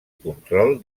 control